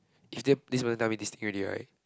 if them this one tell me this thing already right